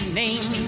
name